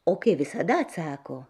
o kai visada atsako